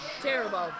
Terrible